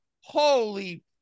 holy